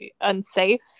unsafe